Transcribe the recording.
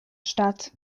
statt